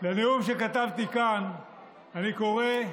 לנאום שכתבתי כאן אני קורא: